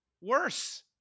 worse